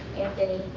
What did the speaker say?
anthony